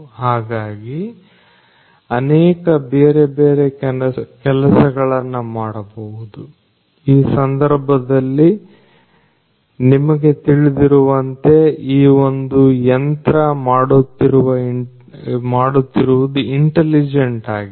ಹಾಗಾಗಿ ಅನೇಕ ಬೇರೆ ಬೇರೆ ಕೆಲಸಗಳನ್ನು ಮಾಡಬಹುದು ಈ ಸಂದರ್ಭದಲ್ಲಿ ನಿಮಗೆ ತಿಳಿದಿರುವಂತೆ ಈ ಒಂದು ಯಂತ್ರ ಮಾಡುತ್ತಿರುವುದು ಇಂಟಲಿಜೆಂಟ್ ಆಗಿದೆ